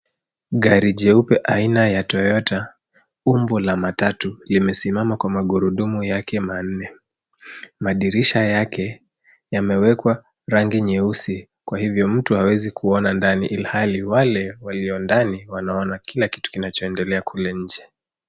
Gari jeupe aina ya toyota umbo la matatu limesimama kwa magurudumu yake manne. Madirisha yake yamewekwa rangi nyeusi kwa hivyo mtu hawezi kuona ndani ilhali wale walio ndani wanaona kila kitu kinachoendelea kule nje.